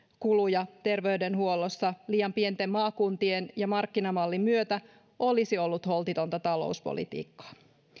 kuluja terveydenhuollossa liian pienten maakuntien ja markkinamallin myötä olisi ollut holtitonta talouspolitiikkaa